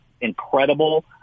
incredible